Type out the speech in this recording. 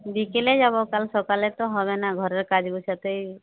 বিকেলে যাব কাল সকালে তো হবে না ঘরের কাজ গোছাতে